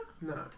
No